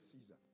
season